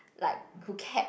like who kept